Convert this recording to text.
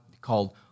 called